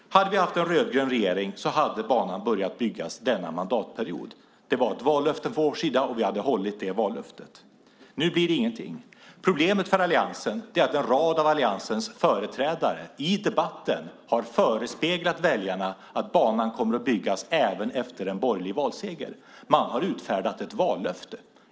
Hade vi haft en rödgrön regering hade banan börjat byggas denna mandatperiod. Det var ett vallöfte från vår sida, och vi hade hållit det vallöftet. Nu blir det ingenting. Problemet för Alliansen är att en rad av Alliansens företrädare i debatten har förespeglat väljarna att banan kommer att byggas även efter en borgerlig valseger. Man har utfärdat ett vallöfte.